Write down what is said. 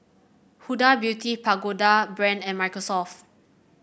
Huda Beauty Pagoda Brand and Microsoft